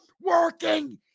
working